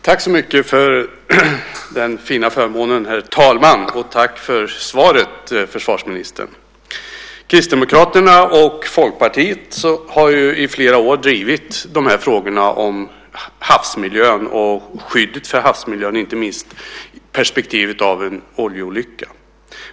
Herr talman! Tack för svaret, försvarsministern! Kristdemokraterna och Folkpartiet har ju i flera år drivit de här frågorna om havsmiljön och skyddet för havsmiljön, inte minst i perspektivet av en oljeolycka.